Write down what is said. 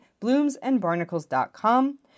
bloomsandbarnacles.com